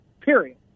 period